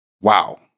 Wow